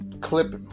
clip